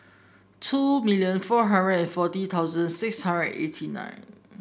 two million four hundred and forty thousand six hundred eighty nine